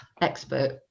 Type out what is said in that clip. Expert